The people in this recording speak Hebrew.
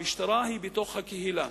המשטרה בתוך הקהילה.